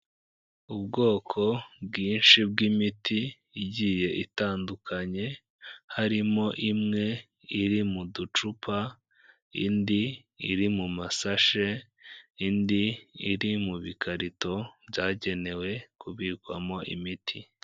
Ubwoko bwinshi bw'imiti igiye itandukanye, harimo imwe iri mu ducupa, indi iri mu masashe, indi iri mu bikarito byagenewe kubikwamo imiti.